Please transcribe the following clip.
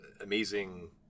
amazing